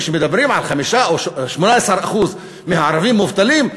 כשמדברים על 5% או 18% מהערבים מובטלים,